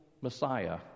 Messiah